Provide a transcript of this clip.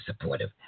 supportive